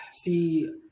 See